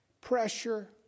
Pressure